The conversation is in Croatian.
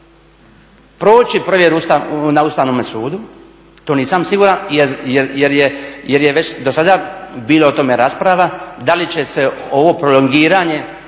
proći provjeru na Ustavnome sudu, to nisam siguran jer je već dosada bilo o tome rasprava da li će se ovo prolongiranje